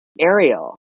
Ariel